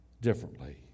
differently